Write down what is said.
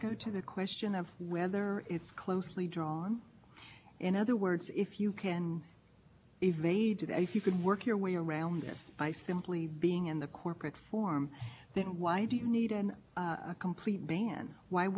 the legal person that is actually making the contribution does raise a parent's concerns but the fact that there are mean the notion that ability to set up l l c is completely undoes the regulation i mean that